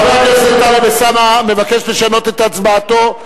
חבר הכנסת טלב אלסאנע מבקש לשנות את הצבעתו.